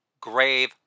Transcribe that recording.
grave